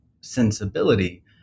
sensibility